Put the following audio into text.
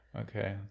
Okay